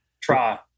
try